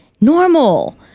normal